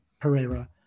Pereira